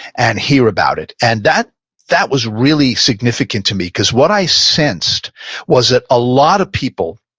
and hear about it. and that that was really significant to me because what i sensed was that a lot of people